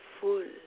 full